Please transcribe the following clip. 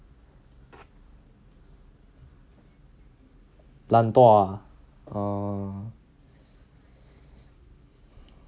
懒惰 ah oh